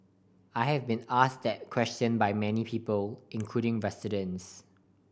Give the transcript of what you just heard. I have been ask that question by many people including residents